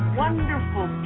wonderful